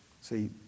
See